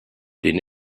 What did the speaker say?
den